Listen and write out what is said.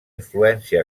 influència